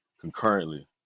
concurrently